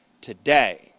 today